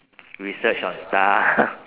research on stuff